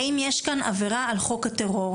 האם יש כאן עבירה על חוק הטרור.